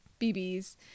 BBs